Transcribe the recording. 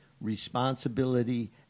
responsibility